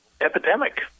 epidemic